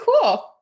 cool